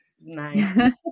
Nice